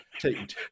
take